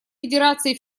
федерации